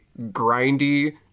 grindy